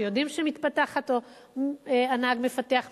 שיודעים שהנהג מפתח מהירות,